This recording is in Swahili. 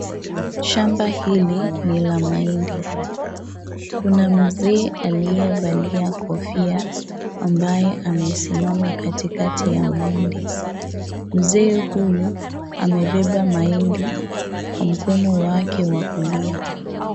Shamba hili ni la mahindi. Kuna mzee aliyevalia kofia, ambaye amesimama katikati ya mahindi. Mzee huyu amebeba mahindi kwa mkono wake wa kulia.